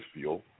feel